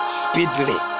speedily